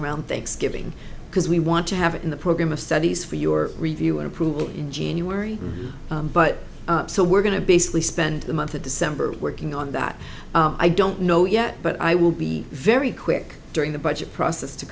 around thanksgiving because we want to have it in the program of studies for your review and approval in january but so we're going to basically spend the month of december working on that i don't know yet but i will be very quick during the budget process to